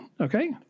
Okay